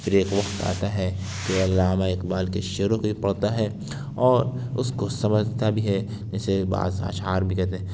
پھر ایک وقت آتا ہے جو علامہ اقبال کی شعروں کو بھی پڑھتا ہے اور اس کو سمجھتا بھی ہے جیسے بعض اشعار بھی کہتے ہیں